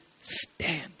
Stand